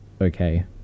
okay